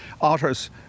otters